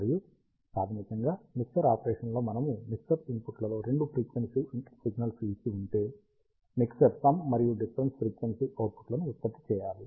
మరియు ప్రాథమికంగా mixer operation లో మనము మిక్సర్ ఇన్పుట్లలో రెండు ఫ్రీక్వెన్సీ సిగ్నల్స్ ఇచ్చి ఉంటే మిక్సర్ సమ్ మరియు డిఫరెన్స్ ఫ్రీక్వెన్సీ అవుట్పుట్లను ఉత్పత్తి చేయాలి